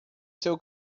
seu